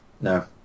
No